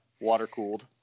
Water-cooled